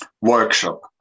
workshop